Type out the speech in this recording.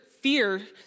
fear